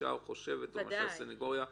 מרגישה או חושבת או מה שהסנגוריה חושבת.